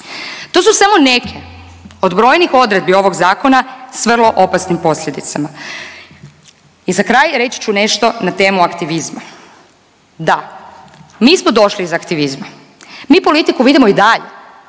To su samo neke od brojnih odredbi ovog Zakona s vrlo opasnim posljedicama. I za kraj reći ću nešto na temu aktivizma. Da, mi smo došli iz aktivizma, mi politiku vidimo i dalje